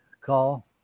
Call